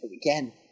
again